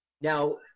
now